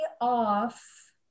off